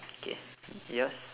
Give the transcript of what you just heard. K is yours